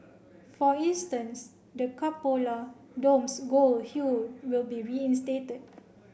for instance the cupola dome's gold hue will be reinstated